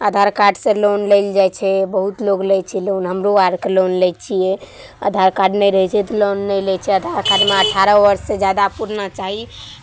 आधार कार्डसँ लोन लेल जाइ छै बहुत लोक लै छै लोन हमरो आरके लोन लै छियै आधार कार्ड नहि रहै छै तऽ लोन नहि लै छै आधार कार्डमे अठारह वर्षसँ जादा पुरना चाही